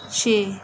ਛੇ